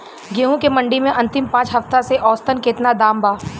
गेंहू के मंडी मे अंतिम पाँच हफ्ता से औसतन केतना दाम बा?